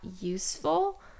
useful